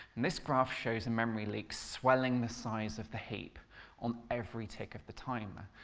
this graph shows a memory leak swelling the size of the heap on every tick of the timer.